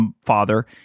father